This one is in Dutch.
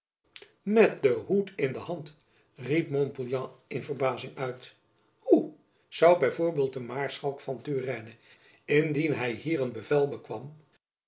met den hoed in de hand riep montpouillan in verbazing uit hoe zoû b v de maarschalk van turenne indien hy hier een bevel